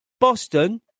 Boston